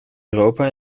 europa